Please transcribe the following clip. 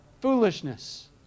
foolishness